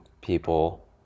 people